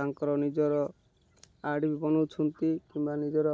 ତାଙ୍କର ନିଜର ଆଡ଼୍ବି ବନଉଛନ୍ତି କିମ୍ବା ନିଜର